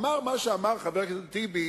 אמר מה שאמר חבר הכנסת טיבי